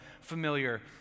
familiar